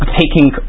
taking